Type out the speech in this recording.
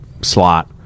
slot